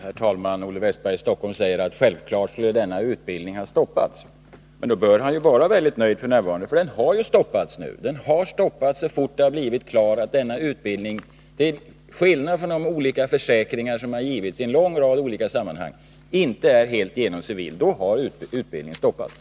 Herr talman! Olle Wästberg i Stockholm säger att denna utbildning Fredagen den självfallet borde ha stoppats. Men då bör han vara väldigt nöjd, för den har 13 februari 1981 stoppats nu, så fort det har blivit klart att denna utbildning — till skillnad från vad som hävdats i de olika försäkringar som givits i en lång rad olika Om ytterligare sammanhang — inte är helt igenom civil. Då har utbildningen stoppats.